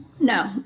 No